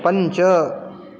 पञ्च